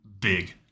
Big